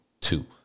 two